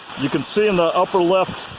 you can see in the upper left